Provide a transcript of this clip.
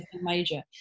major